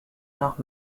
noch